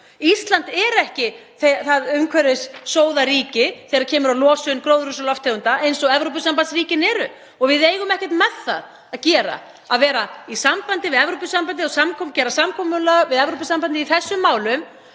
Ísland er ekki umhverfissóðaríki þegar kemur að losun gróðurhúsalofttegunda eins og Evrópusambandsríkin eru. Við eigum ekkert með það að gera að vera í sambandi við Evrópusambandið og gera samkomulag við það í þessum málum,